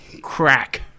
Crack